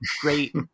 great